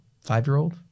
five-year-old